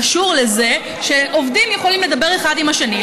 קשור לזה שעובדים יכולים לדבר אחד עם השני,